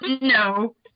No